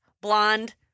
blonde